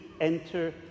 enter